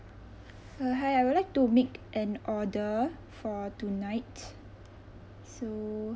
uh hi I would like to make an order for tonight so